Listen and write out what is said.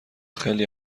خیلی